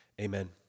amen